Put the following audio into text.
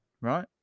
Right